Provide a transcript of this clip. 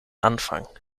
anfang